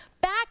Back